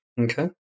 Okay